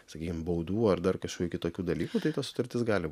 sakykim baudų ar dar kažkokių kitokių dalykų tai ta sutartis gali